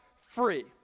free